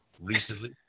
recently